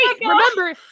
remember